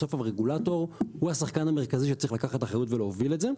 בסוף הרגולטור הוא השחקן המרכזי שצריך לקחת אחריות ולהוביל את זה.